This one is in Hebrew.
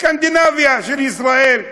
סקנדינביה של ישראל,